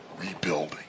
rebuilding